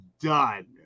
done